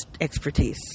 expertise